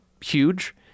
huge